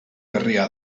herria